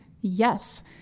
Yes